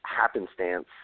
happenstance